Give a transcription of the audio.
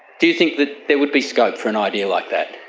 do you think that there would be scope for an idea like that?